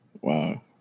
Wow